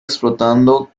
explotando